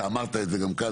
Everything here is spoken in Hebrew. אתה אמרת את זה גם כאן,